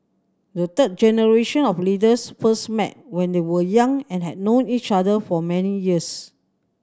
the third generation of leaders first met when they were young and had known each other for many years